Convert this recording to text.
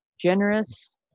generous